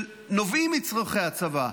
שנובעים מצורכי הצבא,